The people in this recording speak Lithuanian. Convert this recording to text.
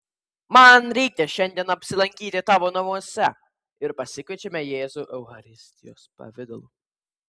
man reikia šiandien apsilankyti tavo namuose ir pasikviečiame jėzų eucharistijos pavidalu